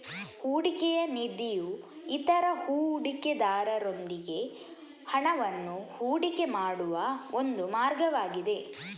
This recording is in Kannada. ಹೂಡಿಕೆಯ ನಿಧಿಯು ಇತರ ಹೂಡಿಕೆದಾರರೊಂದಿಗೆ ಹಣವನ್ನು ಹೂಡಿಕೆ ಮಾಡುವ ಒಂದು ಮಾರ್ಗವಾಗಿದೆ